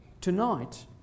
tonight